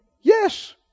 Yes